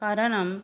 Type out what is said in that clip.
कारणं